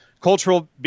cultural